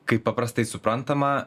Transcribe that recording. kaip paprastai suprantama